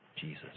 Jesus